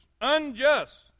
unjust